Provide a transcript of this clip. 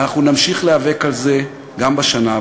ואנחנו נמשיך להיאבק על זה גם בשנה הבאה.